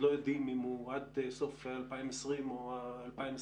לא יודעים אם הוא עד סוף 2020 או 2021,